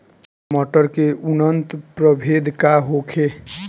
मटर के उन्नत प्रभेद का होखे?